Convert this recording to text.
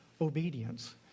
obedience